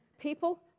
People